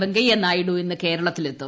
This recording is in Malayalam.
വെങ്കയ്യ നായിഡു ഇന്ന് കേരളത്തിലെത്തും